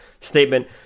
statement